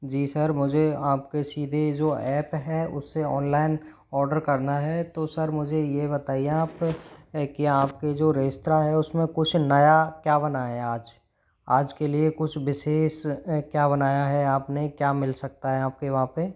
जी sir मुझे आपके सीधे जो ऐप हैं उससे ऑनलाइन ऑर्डर करना है तो सर मुझे ये बताइए आप कि आपकी जो रेस्तराँ है उसमें कुछ नया क्या बना है आज आज के लिए कुछ विशेष क्या बनाया है आपने क्या मिल सकता है आपके वहाँ पे